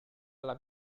alla